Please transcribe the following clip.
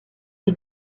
est